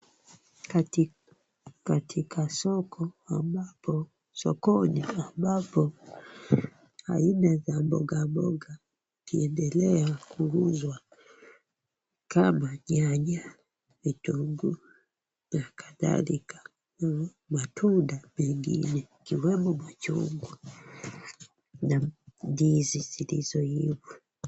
Katika soko ambapo aina za mboga mboga zikiendelea kuuzwa kama nyanya, vitunguu na kadhalika matundaa mengine yakiwemo machungwa na ndizi zilizoiva.